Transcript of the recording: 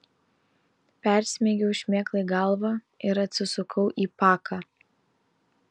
persmeigiau šmėklai galvą ir atsisukau į paką